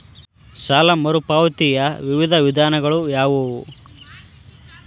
ಸಾಲ ಮರುಪಾವತಿಯ ವಿವಿಧ ವಿಧಾನಗಳು ಯಾವುವು?